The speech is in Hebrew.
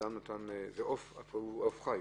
העוף הוא עוף חי?